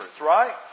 Right